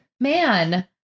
man